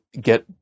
get